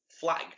flagged